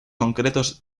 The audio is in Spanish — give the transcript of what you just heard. concretos